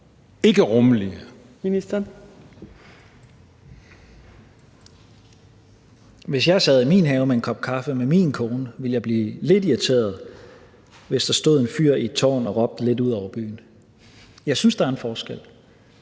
Tesfaye): Hvis jeg sad i min have med en kop kaffe og med min kone, ville jeg blive lidt irriteret, hvis der stod en fyr i et tårn og råbte lidt ud over byen. Jeg synes, der er en forskel.